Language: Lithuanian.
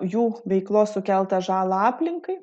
jų veiklos sukeltą žalą aplinkai